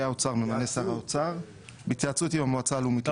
שר האוצר, בהתייעצות עם המועצה הלאומית לספורט.